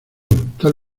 tal